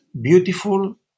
beautiful